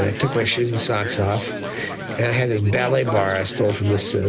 ah took my shoes and socks off, and i had this ballet bar i stole from this